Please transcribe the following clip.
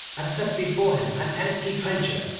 and set before him an empty trencher,